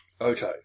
Okay